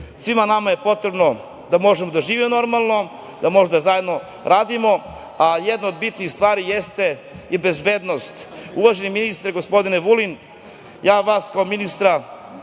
Svima nama je potrebno da da možemo da živimo normalno, da možemo da zajedno radimo, ali jedna od bitnih stvari jeste i bezbednost. Uvaženi ministre, gospodine Vulin, ja vas kao ministra